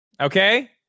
okay